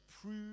prove